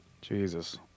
Jesus